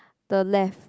the left